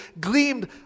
gleamed